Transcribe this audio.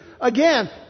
Again